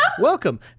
welcome